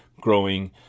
growing